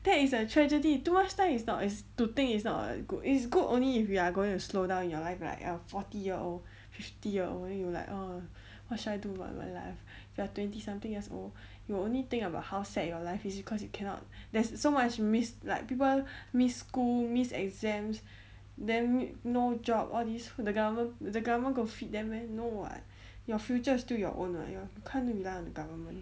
that is a tragedy you too much time is not as to think it's not a good it's good only if you are going to slow down your life right or forty or fifty or whether you like or what should I do with my life you are twenty something years old you will only think about how sad your life is you cause you cannot there's so much missed like people miss school miss exams then no job all this the government the government could feed them meh no [what] your future is still your own lah you can't rely on the government